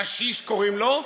קשיש קוראים לו,